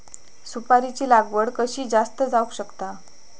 सुपारीची लागवड कशी जास्त जावक शकता?